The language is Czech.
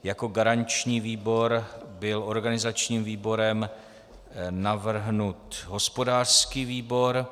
Jako garanční výbor byl organizačním výborem navrhnut hospodářský výbor.